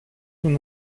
son